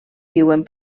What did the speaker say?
viuen